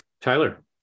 tyler